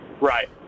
Right